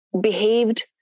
behaved